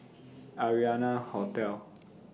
Arianna Hotel